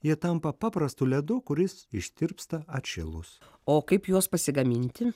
jie tampa paprastu ledu kuris ištirpsta atšilus o kaip juos pasigaminti